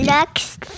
Next